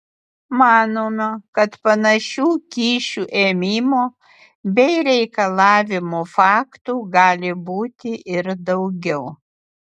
manoma kad panašių kyšių ėmimo bei reikalavimo faktų gali būti ir daugiau